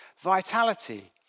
vitality